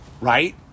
right